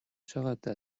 چقدر